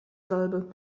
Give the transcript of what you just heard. salbe